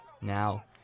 Now